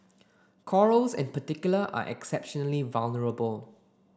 corals in particular are exceptionally vulnerable